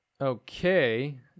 Okay